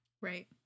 right